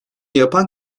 yapan